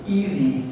easy